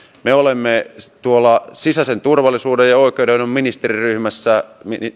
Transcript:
me olemme sisäisen turvallisuuden ja oikeuden ministeriryhmässä